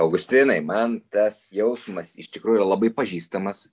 augustinai man tas jausmas iš tikrųjų yra labai pažįstamas